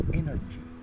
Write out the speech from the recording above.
energy